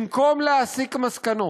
במקום להסיק מסקנות,